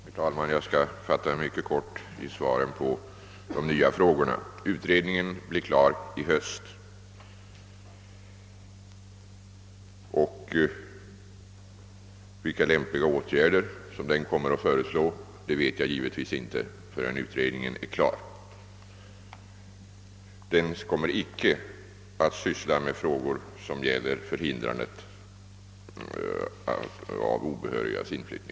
Herr talman! Jag skall fatta mig mycket kort när jag svarar på de nya frågorna. Utredningen blir klar i höst. Vilka lämpliga åtgärder den kommer att föreslå vet jag givetvis inte förrän arbetet är avslutat. Men utredningen skall inte syssla med spörsmål som gäller förhindrande av obehörigas inflyttning.